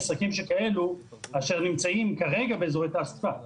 אנחנו מבחינתנו רוצים לראות את ההבחנה נשארת בין אזורי תעסוקה לאזורי